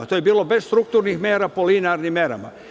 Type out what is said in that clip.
To je bilo bez strukturnih mera, po linearnim merama.